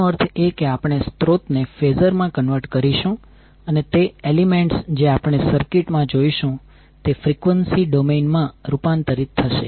તેનો અર્થ એ કે આપણે સ્રોતોને ફેઝર માં કન્વર્ટ કરીશું અને તે એલિમેન્ટસ જે આપણે સર્કિટ માં જોઈશું તે ફ્રીક્વન્સી ડોમેઇન માં રૂપાંતરિત થશે